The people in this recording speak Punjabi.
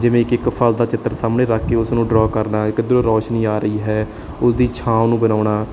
ਜਿਵੇਂ ਕਿ ਇੱਕ ਫਲ ਦਾ ਚਿੱਤਰ ਸਾਹਮਣੇ ਰੱਖ ਕੇ ਉਸ ਨੂੰ ਡਰਾ ਕਰਨਾ ਕਿੱਧਰੋਂ ਰੋਸ਼ਨੀ ਆ ਰਹੀ ਹੈ ਉਸ ਦੀ ਛਾਂ ਉਹਨੂੰ ਬਣਾਉਣਾ